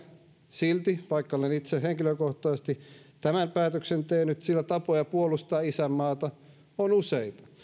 silti vaikka olen itse henkilökohtaisesti tämän päätöksen tehnyt sillä tapoja puolustaa isänmaata on useita